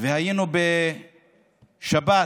היינו בשבת